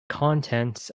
contents